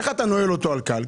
איך אתה נועל אותו על כאל?